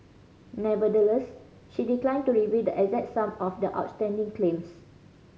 nevertheless she declined to reveal the exact sum of the outstanding claims